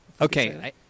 Okay